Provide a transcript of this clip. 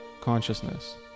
consciousness